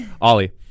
Ollie